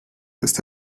ist